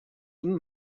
und